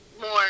more